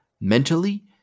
mentally